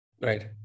Right